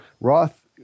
Roth